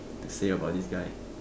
to say about this guy